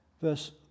verse